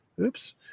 Oops